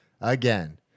again